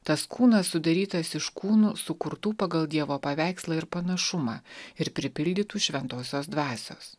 tas kūnas sudarytas iš kūnų sukurtų pagal dievo paveikslą ir panašumą ir pripildytų šventosios dvasios